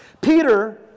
Peter